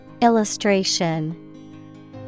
Illustration